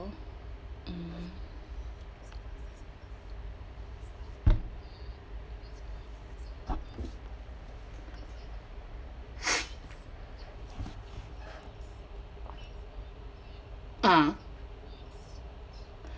mm ah